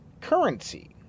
currency